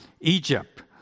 Egypt